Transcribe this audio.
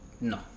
no